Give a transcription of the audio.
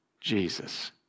Jesus